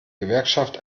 gewerkschaft